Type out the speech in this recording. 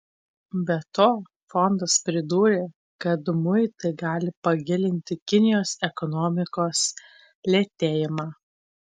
be to fondas pridūrė kad muitai gali pagilinti kinijos ekonomikos lėtėjimą